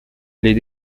les